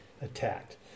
attacked